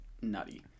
nutty